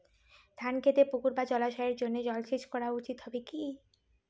ধান খেতে পুকুর বা জলাশয়ের সাহায্যে জলসেচ করা উচিৎ হবে কি?